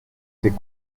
ces